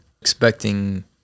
expecting